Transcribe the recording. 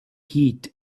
heat